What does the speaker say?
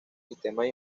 sistemas